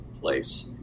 place